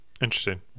interesting